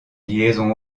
liaisons